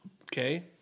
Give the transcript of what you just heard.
okay